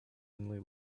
only